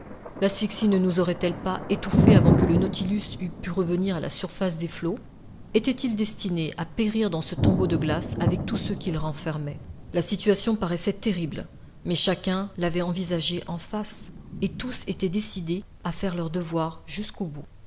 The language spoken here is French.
l'asphyxie ne nous aurait-elle pas étouffés avant que le nautilus eût pu revenir à la surface des flots était-il destiné à périr dans ce tombeau de glace avec tous ceux qu'il renfermait la situation paraissait terrible mais chacun l'avait envisagée en face et tous étaient décidés à faire leur devoir jusqu'au bout